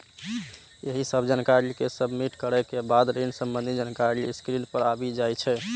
एहि सब जानकारी कें सबमिट करै के बाद ऋण संबंधी जानकारी स्क्रीन पर आबि जाइ छै